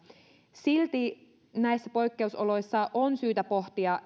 silti näissä poikkeusoloissa on syytä pohtia